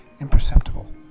imperceptible